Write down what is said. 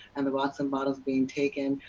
and the rocks and bottles being taken.